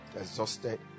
exhausted